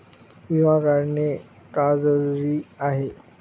विमा काढणे का जरुरी आहे?